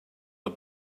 the